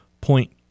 point